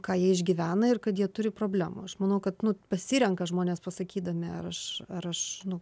ką jie išgyvena ir kad jie turi problemų aš manau kad pasirenka žmonės pasakydami ar aš ar aš nu